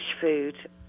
food